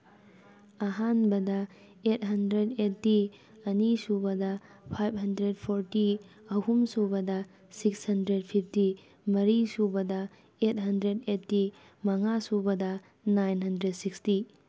ꯑꯍꯥꯟꯕꯗ eight hundred eighty ꯑꯅꯤꯁꯨꯕꯗ five hundred forty ꯑꯍꯨꯝ ꯁꯨꯕꯗ ꯁꯤꯛꯁ ꯍꯟꯗ꯭ꯔꯦꯠ ꯐꯤꯐꯇꯤ ꯃꯔꯤ ꯁꯨꯕꯗ ꯑꯩꯠ ꯍꯟꯗ꯭ꯔꯦꯠ ꯑꯩꯠꯇꯤ ꯃꯉꯥ ꯁꯨꯕꯗ ꯅꯥꯏꯟ ꯍꯟꯗ꯭ꯔꯦꯠ ꯁꯤꯛꯁꯇꯤ